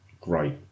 great